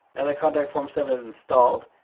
and that contact form seven is installed,